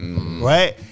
Right